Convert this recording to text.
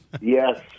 Yes